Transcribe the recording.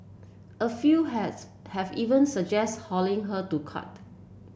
a few has have even suggested hauling her to court